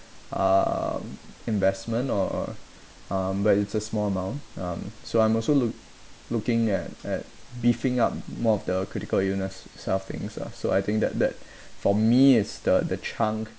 um investment or um but it's a small amount um so I'm also look looking at at beefing up more of the critical illness self things ah so I think that that for me is the the chunk